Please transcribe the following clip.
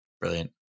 Brilliant